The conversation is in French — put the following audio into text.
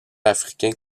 africains